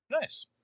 Nice